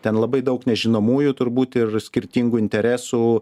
ten labai daug nežinomųjų turbūt ir skirtingų interesų